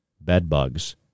bedbugs